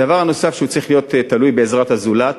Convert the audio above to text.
הדבר הנוסף, הוא צריך להיות תלוי בעזרת הזולת.